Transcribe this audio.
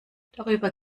darüber